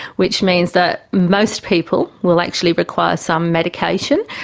which means that most people will actually require some medication.